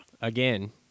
Again